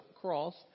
cross